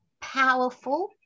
powerful